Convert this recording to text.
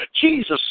Jesus